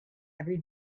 every